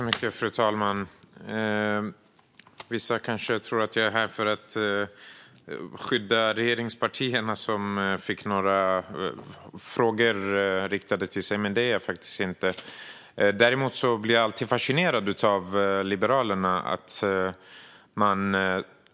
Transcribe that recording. Fru talman! Vissa tror kanske att jag är här för att skydda regeringspartierna som fick några frågor, men det är jag inte. Däremot blir jag alltid fascinerad av Liberalerna.